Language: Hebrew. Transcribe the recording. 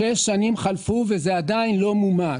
שש שנים חלפו וזה עדיין לא מומש.